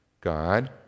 God